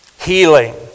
healing